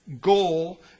goal